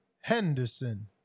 Henderson